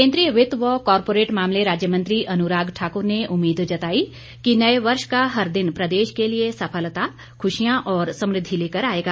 केन्द्रीय वित्त व कॉरपोरेट मामले राज्य मंत्री अनुराग ठाकुर ने उम्मीद जताई कि नए वर्ष का हर दिन प्रदेश के लिए सफलता खुशियां और समृद्धि लेकर आएगा